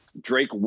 Drake